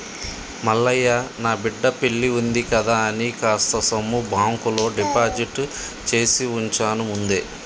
మల్లయ్య నా బిడ్డ పెల్లివుంది కదా అని కాస్త సొమ్ము బాంకులో డిపాజిట్ చేసివుంచాను ముందే